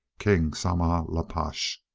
king saman-lal-posh.